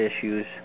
issues